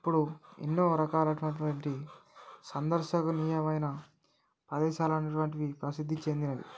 ఇప్పుడు ఎన్నో రకాలైనటువంటి సందర్శనీయమైన ప్రదేశాలు అనేటువంటివి ప్రసిద్ధి చెందినవి